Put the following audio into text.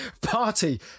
party